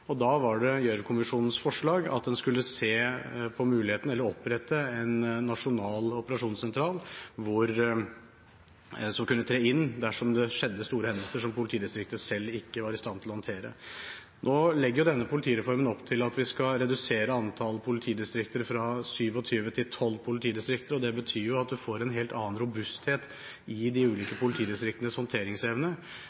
og da var det Gjørv-kommisjonens forslag at en skulle opprette en nasjonal operasjonssentral som kunne tre inn dersom det skjedde store hendelser som politidistriktet selv ikke var i stand til å håndtere. Nå legger denne politireformen opp til at vi skal redusere antall politidistrikter fra 27 til 12 politidistrikter, og det betyr at en får en helt annen robusthet i de ulike politidistriktenes håndteringsevne.